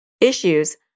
issues